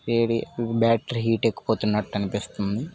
వేడి battery heat ఎక్కిపోతున్నట్టు అనిపిస్తుంది